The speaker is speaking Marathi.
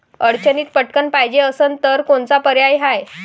अडचणीत पटकण पायजे असन तर कोनचा पर्याय हाय?